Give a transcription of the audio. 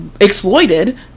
exploited